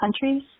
countries